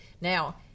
Now